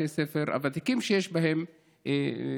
בתי ספר הוותיקים שיש בהם מים?